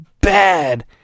bad